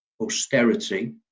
austerity